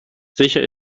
sicher